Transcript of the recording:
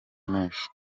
menshi